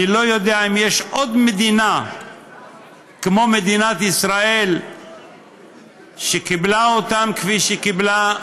אני לא יודע אם יש עוד מדינה כמו מדינת ישראל שקיבלה אותם כפי שקיבלה,